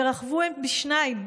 ורכבו הם בשניים,